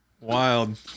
Wild